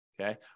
Okay